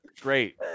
Great